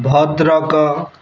Bhadrak